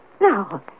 Now